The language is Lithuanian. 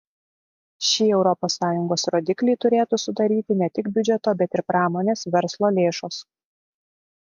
šį europos sąjungos rodiklį turėtų sudaryti ne tik biudžeto bet ir pramonės verslo lėšos